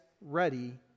ready